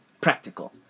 practical